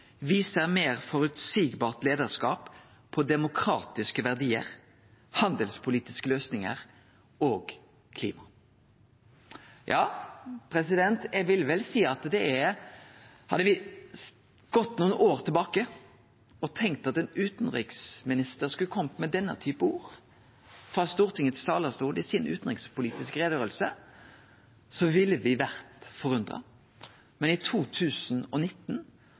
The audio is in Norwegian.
viser mer forutsigbart lederskap på demokratiske verdier, handelspolitiske løsninger og klima.» Hadde me gått nokre år tilbake og tenkt at ein utanriksminister skulle kome med denne typen ord frå Stortingets talarstol i den utanrikspolitiske utgreiinga si, ville me vore forundra. Men i 2019